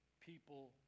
people